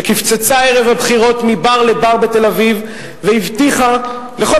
שקפצצה ערב הבחירות מבר לבר בתל-אביב והבטיחה לכל